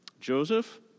Joseph